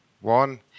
one